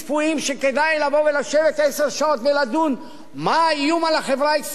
שבגללם כדאי לשבת עשר שעות ולדון מה האיום על החברה הישראלית?